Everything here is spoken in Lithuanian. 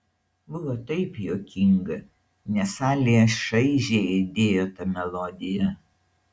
buvo taip juokinga nes salėje šaižiai aidėjo ta melodija